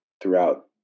throughout